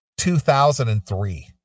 2003